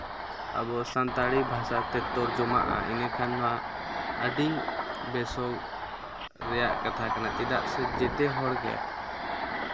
ᱟᱵᱚ ᱥᱟᱱᱛᱟᱲᱤ ᱵᱷᱟᱥᱟᱛᱮ ᱛᱚᱨᱡᱚᱢᱟᱜᱼᱟ ᱤᱱᱟᱹ ᱠᱷᱟᱱ ᱱᱚᱣᱟ ᱟᱹᱰᱤ ᱵᱮᱥᱚᱜ ᱨᱮᱭᱟᱜ ᱠᱟᱛᱷᱟ ᱠᱟᱱᱟ ᱪᱮᱫᱟᱜ ᱥᱮ ᱡᱚᱛᱚ ᱦᱚᱲ ᱜᱮ